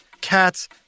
cats